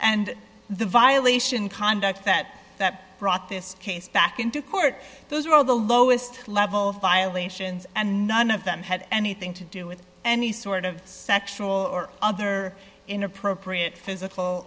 and the violation conduct that brought this case back into court those are all the lowest level violations and none of them had anything to do with any sort of sexual or other inappropriate physical